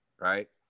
Right